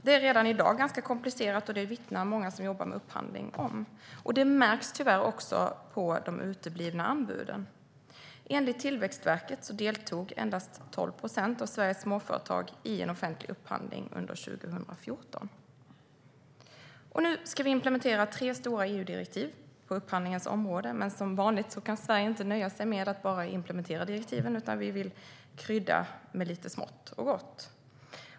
Det är redan i dag ganska komplicerat, och det vittnar många som jobbar med upphandlingar om. Det märks tyvärr också på de uteblivna anbuden. Enligt Tillväxtverket deltog endast 12 procent av Sveriges småföretag i en offentlig upphandling under 2014. Nu ska vi implementera tre stora EU-direktiv på upphandlingens område. Men som vanligt kan Sverige inte nöja sig med att bara implementera direktiven utan man vill krydda med lite smått och gott.